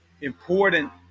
important